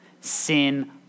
Sin